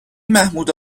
محمود